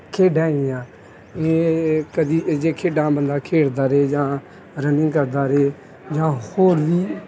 ਖੇਡਾਂ ਹੈਗੀਆਂ ਇਹ ਕਦੇ ਜੇ ਖੇਡਾਂ ਬੰਦਾ ਖੇਡਦਾ ਰਹੇ ਜਾਂ ਰਨਿੰਗ ਕਰਦਾ ਰਹੇ ਜਾਂ ਹੋਰ ਵੀ